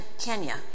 Kenya